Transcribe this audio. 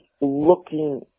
looking